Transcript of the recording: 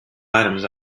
items